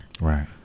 Right